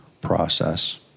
process